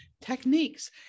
techniques